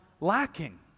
lacking